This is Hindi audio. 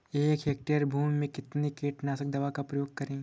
एक हेक्टेयर भूमि में कितनी कीटनाशक दवा का प्रयोग करें?